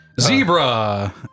Zebra